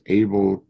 able